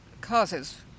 causes